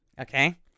Okay